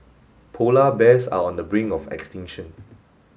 polar bears are on the brink of extinction